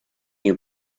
you